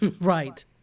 Right